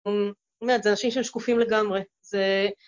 מממ, אומר(?), זה אנשים שהם שקופים לגמרי, זה..